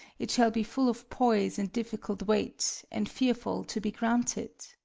it shall be full of poise and difficult weight, and fearful to be granted.